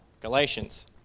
Galatians